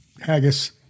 haggis